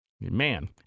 Man